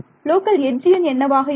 local edge எண் என்னவாக இருக்கும்